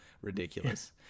ridiculous